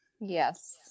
Yes